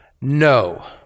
no